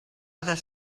other